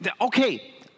Okay